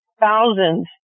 thousands